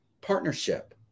partnership